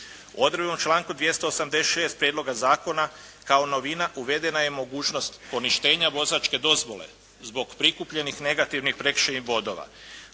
Odredbom članka 286. prijedloga zakona kao novina uvedena je mogućnost poništenja vozačke dozvole zbog prikupljenih negativnih prekršajnih bodova.